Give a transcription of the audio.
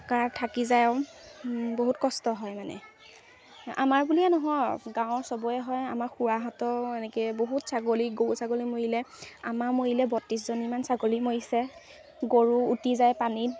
কাৰ থাকি যায় আৰু বহুত কষ্ট হয় মানে আমাৰ বুলিয়ে নহয় গাঁৱৰ সবৰেই হয় আমাৰ খুড়াহঁতৰ এনেকৈ বহুত ছাগলী গৰু ছাগলী মৰিলে আমাৰ মৰিলে বত্ৰিছজনীমান ছাগলী মৰিছে গৰু উটি যায় পানীত